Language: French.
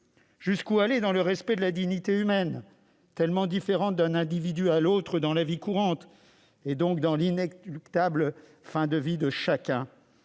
Jusqu'où aller dans le respect de la dignité humaine, tellement différente d'un individu à l'autre dans la vie courante, et donc lors de l'inéluctable fin de vie de chacun ?